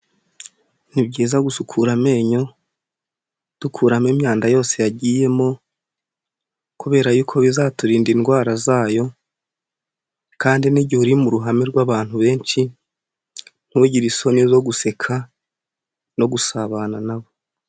Ni byiza gusukura amenyo dukuramo imyanda yose yagiyemo kubera yuko bizaturinda indwara zayo, kandi n'igihe uri mu ruhame rw'abantu benshi ntugire isoni zo guseka no gusabana nabo.